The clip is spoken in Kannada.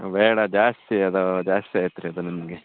ಬೇಡ ಜಾಸ್ತಿ ಅದು ಜಾಸ್ತಿ ಆಯ್ತು ರೀ ಅದು ನಮಗೆ